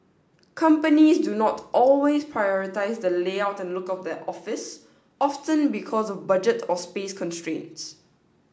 companies do not always prioritise the layout and look of their office often because of budget or space constraints